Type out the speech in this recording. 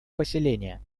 поселения